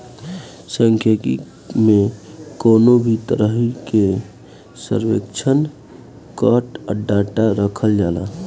सांख्यिकी में कवनो भी तरही के सर्वेक्षण कअ डाटा रखल जाला